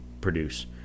produce